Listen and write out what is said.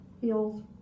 feels